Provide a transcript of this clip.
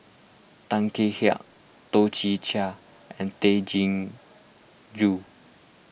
Tan Kek Hiang Toh Chin Chye and Tay Chin Joo